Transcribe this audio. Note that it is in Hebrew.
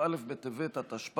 כ"א בטבת התשפ"א,